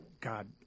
God